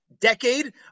decade